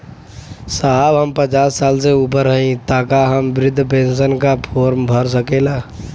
साहब हम पचास साल से ऊपर हई ताका हम बृध पेंसन का फोरम भर सकेला?